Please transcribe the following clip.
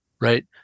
Right